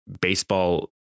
baseball